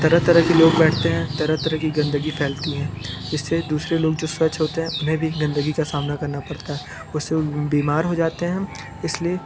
तरह तरह के लोग बैठते हैं तरह तरह की गंदगी फैलती है जिससे दूसरे लोग जो स्वच्छ होते हैं उन्हें भी गंदगी का सामना करना पड़ता है उससे वो बीमार हो जाते हैं इसलिए